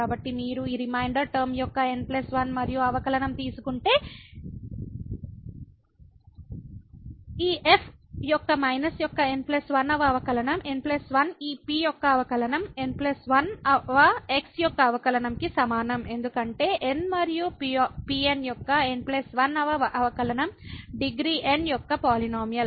కాబట్టి మీరు ఈ రిమైండర్ టర్మ యొక్క n 1 మరియు అవకలనం తీసుకుంటే ఈ f యొక్క మైనస్ యొక్క n 1 వ అవకలనం n 1 ఈ p యొక్క అవకలనం n 1 వ x యొక్క అవకలనం కి సమానం ఎందుకంటే n మరియు Pn యొక్క n 1 వ అవకలనం డిగ్రీ n యొక్క పాలినోమియల్